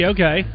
Okay